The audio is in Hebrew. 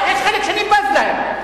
יש חלק שאני בז להם.